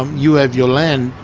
you have your land,